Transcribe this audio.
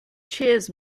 cheers